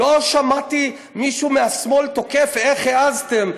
לא שמעתי מישהו מהשמאל תוקף: איך העזתם.